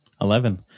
Eleven